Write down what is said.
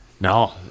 No